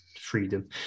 freedom